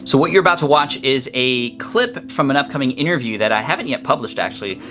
so what you're about to watch is a clip from an upcoming interview that i haven't yet published actually,